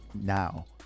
now